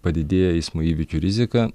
padidėja eismo įvykių rizika